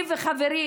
אני וחברי